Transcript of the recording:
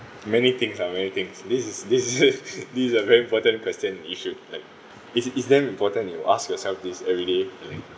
many things ah many things this is this is the these are very important question and issue like it's it's damn important you ask yourself this everyday I think